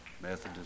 Methodist